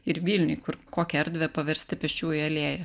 ir vilniuj kur kokią erdvę paversti pėsčiųjų alėja